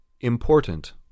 Important